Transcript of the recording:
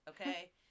okay